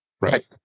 Right